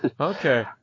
okay